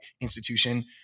institution